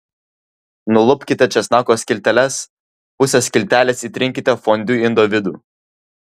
nulupkite česnako skilteles puse skiltelės įtrinkite fondiu indo vidų